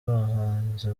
abahanzi